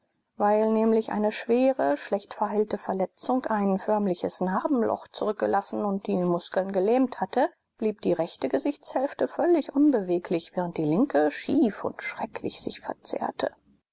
weil nämlich eine schwere schlecht verheilte verletzung ein förmliches narbenloch zurückgelassen und die muskeln gelähmt hatte blieb die rechte gesichtshälfte völlig unbeweglich während die linke schief und schrecklich sich verzerrte